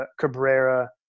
Cabrera